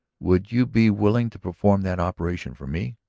would you be willing to perform that operation for me?